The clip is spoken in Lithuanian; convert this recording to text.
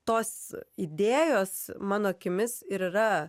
tos idėjos mano akimis ir yra